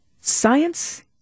Science